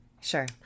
Sure